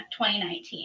2019